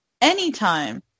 anytime